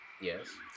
Yes